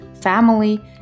family